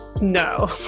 no